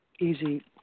easy